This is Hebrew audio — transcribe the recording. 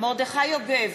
מרדכי יוגב,